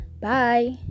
Bye